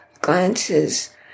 glances